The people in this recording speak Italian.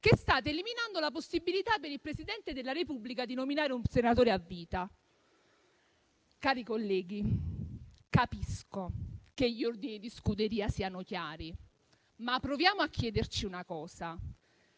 che state eliminando la possibilità per il Presidente della Repubblica di nominare un senatore a vita. Cari colleghi, capisco che gli ordini di scuderia siano chiari, ma proviamo a chiederci una cosa: